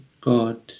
God